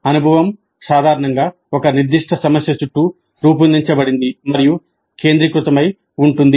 అనుభవం సాధారణంగా ఒక నిర్దిష్ట సమస్య చుట్టూ రూపొందించబడింది మరియు కేంద్రీకృతమై ఉంటుంది